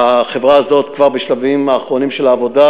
החברה הזאת כבר בשלבים אחרונים של העבודה,